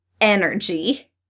energy